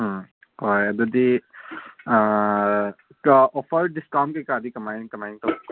ꯎꯝ ꯍꯣꯏ ꯑꯗꯨꯗꯤ offer discount ꯀꯔꯤ ꯀꯔꯥꯗꯤ ꯀꯃꯥꯏ ꯀꯃꯥꯏꯅ ꯇꯧꯒꯅꯤ